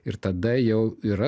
ir tada jau yra